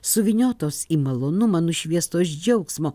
suvyniotos į malonumą nušviestos džiaugsmo